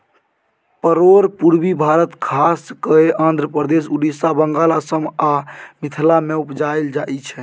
परोर पुर्वी भारत खास कय आंध्रप्रदेश, उड़ीसा, बंगाल, असम आ मिथिला मे उपजाएल जाइ छै